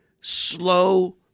slow